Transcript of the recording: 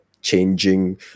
changing